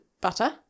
butter